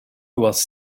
was